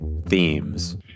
themes